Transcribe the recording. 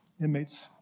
inmates